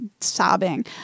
sobbing